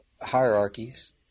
hierarchies